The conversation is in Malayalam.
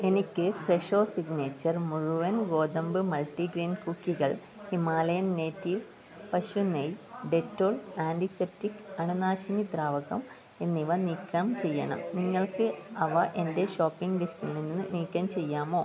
എനിക്ക് ഫ്രെഷോ സിഗ്നേച്ചർ മുഴുവൻ ഗോതമ്പ് മൾട്ടിഗ്രെയിൻ കുക്കികൾ ഹിമാലയൻ നേറ്റിവ്സ് പശു നെയ്യ് ഡെറ്റോൾ ആൻറിസെപ്റ്റിക് അണുനാശിനി ദ്രാവകം എന്നിവ നീക്കം ചെയ്യണം നിങ്ങൾക്ക് അവ എന്റെ ഷോപ്പിംഗ് ലിസ്റ്റിൽ നിന്ന് നീക്കം ചെയ്യാമോ